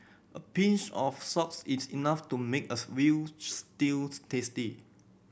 a pinch of salts is enough to make us veal stew tasty